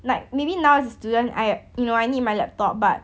like maybe now as a student I you know I need my laptop but